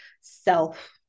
self